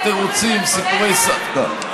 זה תירוצים, סיפורי סבתא.